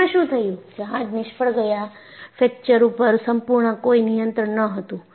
એમાં શું થયું જહાજ નિષ્ફળ ગયા ફ્રેકચર ઉપર સંપૂર્ણપણે કોઈ નિયંત્રણ ન હતું